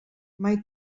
mai